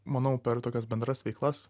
manau per tokias bendras veiklas